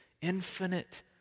infinite